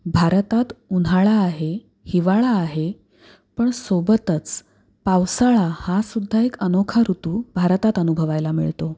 भारतात उन्हाळा आहे हिवाळा आहे पण सोबतच पावसाळा हा सुद्धा एक अनोखा ऋतू भारतात अनुभवायला मिळतो